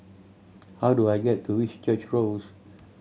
how do I get to Whitchurch Road